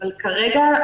אבל כרגע,